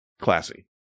classy